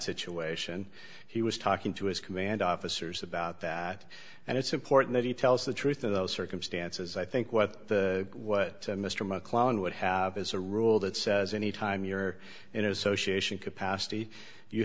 situation he was talking to his command officers about that and it's important that he tells the truth in those circumstances i think what the what mr mcclellan would have is a rule that says anytime you're in association capacity you